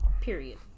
Period